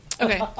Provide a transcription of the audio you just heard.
Okay